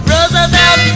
Roosevelt